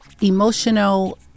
emotional